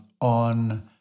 on